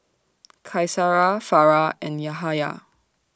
Qaisara Farah and Yahaya